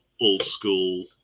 old-school